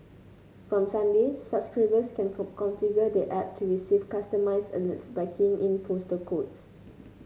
from Sunday subscribers can configure the app to receive customised alerts by keying in postal codes